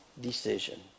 decision